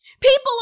People